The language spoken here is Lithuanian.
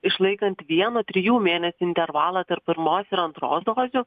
išlaikant vieno trijų mėnesių intervalą tarp pirmos ir antros dozių